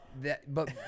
that—but